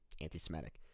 anti-Semitic